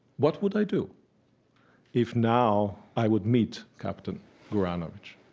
what would i do if now i would meet captain goranovich?